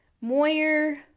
Moyer